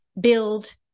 build